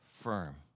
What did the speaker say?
firm